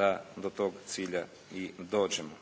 da do tog cilja i dođemo.